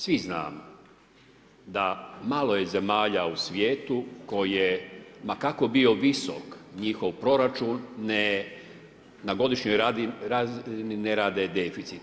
Svi znamo da malo je zemalja u svijetu koje ma kako bio visok njihov proračun na godišnjoj razini ne rade deficit.